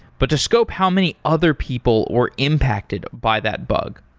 but to scope how many other people were impacted by that bug.